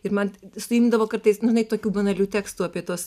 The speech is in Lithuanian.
ir man suimdavo kartais nūnai tokių banalių tekstų apie tuos